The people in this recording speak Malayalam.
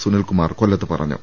സുനിൽകുമാർ കൊല്ലത്ത് പറഞ്ഞു